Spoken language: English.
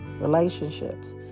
relationships